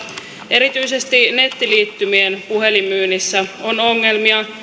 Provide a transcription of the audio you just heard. erityisesti nettiliittymien puhelinmyynnissä on ongelmia